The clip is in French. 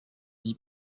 dis